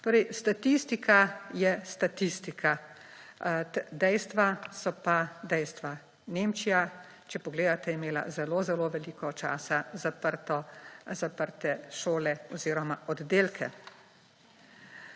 Torej, statistika je statistika, dejstva so pa dejstva. Nemčija, če pogledate, je imela zelo zelo veliko časa zaprte šole oziroma oddelke.